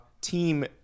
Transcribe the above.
team